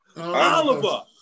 Oliver